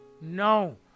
no